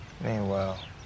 Meanwhile